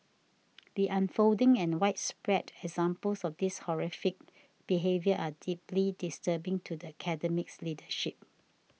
the unfolding and widespread examples of this horrific behaviour are deeply disturbing to the Academy's leadership